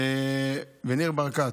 ולניר ברקת,